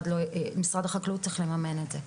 משרד החקלאות צריך לממן את זה.